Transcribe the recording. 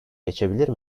geçebilir